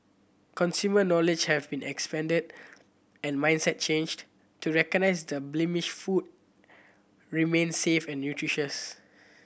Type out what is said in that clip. consumer knowledge have been expanded and mindset changed to recognize that blemished food remains safe and nutritious